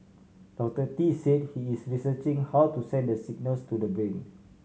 Doctor Tee said he is researching how to send the signals to the brain